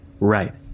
Right